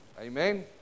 Amen